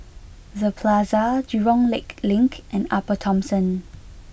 the Plaza Jurong Lake Link and Upper Thomson